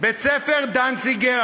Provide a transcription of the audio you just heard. בית-הספר דנציגר,